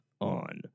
on